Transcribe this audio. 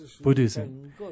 Buddhism